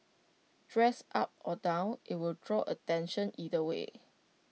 dressed up or down IT will draw attention either way